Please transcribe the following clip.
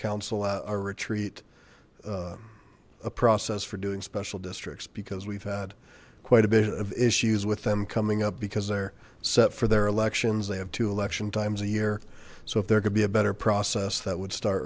on a retreat a process for doing special districts because we've had quite a bit of issues with them coming up because they're set for their elections they have two election times a year so if there could be a better process that would start